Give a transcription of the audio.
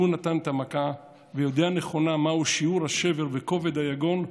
שהוא נתן את המכה ויודע נכונה מהו שיעור השבר וכובד היגון,